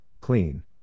clean